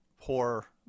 poor